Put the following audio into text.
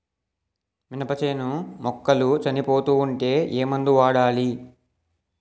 మినప చేను మొక్కలు చనిపోతూ ఉంటే ఏమందు వాడాలి?